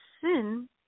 sin